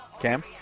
Cam